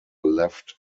left